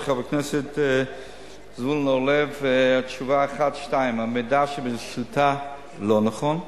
לחבר הכנסת זבולון אורלב: 1 2. המידע שברשותך לא נכון.